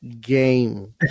game